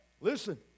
Listen